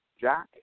Jack